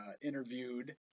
interviewed